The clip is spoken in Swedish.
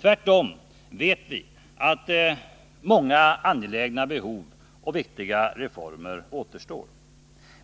Tvärtom vet vi att många angelägna behov och viktiga reformer återstår.